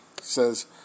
Says